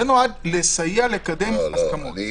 זה נועד לסייע לקדם הסכמות.